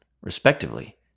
respectively